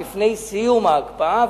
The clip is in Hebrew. לפני סיום ההקפאה,